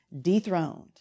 dethroned